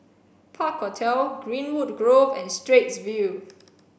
Park Hotel Greenwood Grove and Straits View